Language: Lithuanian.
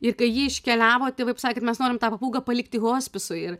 ir kai ji iškeliavo tėvai pasakė kad mes norim tą papūgą palikti hospisui ir